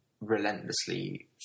relentlessly